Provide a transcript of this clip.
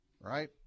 right